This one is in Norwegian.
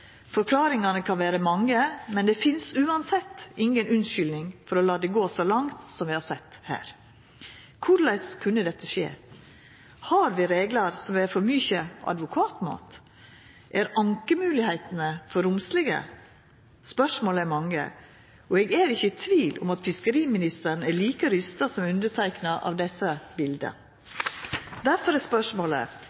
Forklaringane kan vera mange, men det finst uansett inga unnskyldning for å la det gå så langt som vi har sett her. Korleis kunne dette skje? Har vi reglar som er for mykje advokatmat? Er ankemoglegheitene for romslige? Spørsmåla er mange, og eg er ikkje i tvil om at fiskeriministeren er like forferda som eg, av desse bilda.